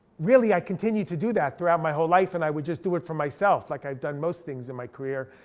really i continued to do that throughout my whole life, and i would just do it for myself, like i've done most things in my career.